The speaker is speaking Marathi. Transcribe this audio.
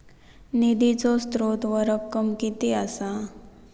निधीचो स्त्रोत व रक्कम कीती असा?